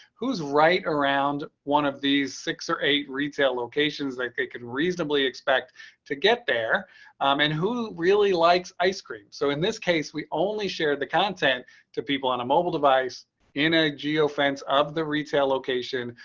who's right around one of these six or eight retail locations. like i can reasonably expect to get there. jim tobin um and who really likes ice cream. so in this case, we only share the content to people on a mobile device in a geo fence of the retail location,